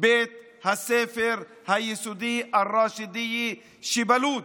בית הספר היסודי אל-ראשידיה שבלוד.